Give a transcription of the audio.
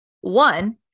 One